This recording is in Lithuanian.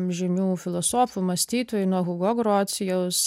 žymių filosofų mąstytojų nuo hugo grocijaus